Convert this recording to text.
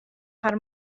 har